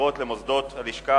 בחירות למוסדות הלשכה),